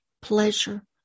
pleasure